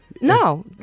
No